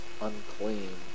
unclean